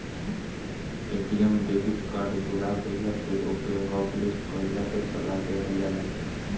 ATM debit card भूला गईला पे ओके हॉटलिस्ट कईला के सलाह देहल जाला